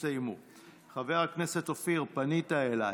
חבר הכנסת אופיר כץ, פנית אליי.